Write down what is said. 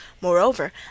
Moreover